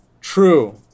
true